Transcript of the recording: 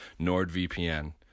NordVPN